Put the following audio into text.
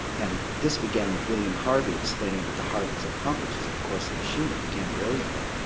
and this began with william harvey explaining that the heart was a pump, which is of course a machine, it began brilliantly.